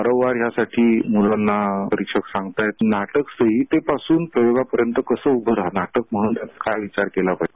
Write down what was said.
वारंवार यासाठी मुलांना परिक्षक सांगतायत नाटक संहितेपासून प्रयोगापर्यंत कसं उभ राहणार नाटक म्हणून काय विचार केली पाहीजे